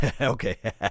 Okay